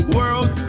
world